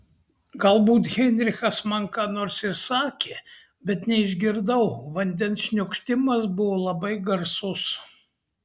galbūt heinrichas man ką nors ir sakė bet neišgirdau vandens šniokštimas buvo labai garsus